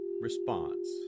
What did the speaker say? response